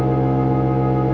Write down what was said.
on